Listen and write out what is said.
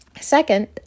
Second